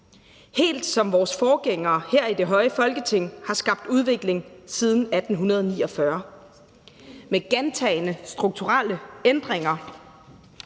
helt som vores forgængere her i det høje Folketing har skabt udvikling siden 1849 med gentagne strukturelle ændringer,